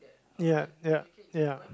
ya ya ya